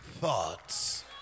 thoughts